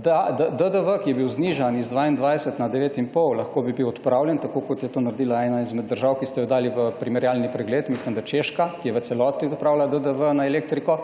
DDV, ki je bil znižan z 22 na 9,5, bi bil lahko odpravljen, tako kot je to naredila ene izmed držav, ki ste jo dali v primerjalni pregled, mislim da Češka, ki je v celoti odpravila DDV na elektriko,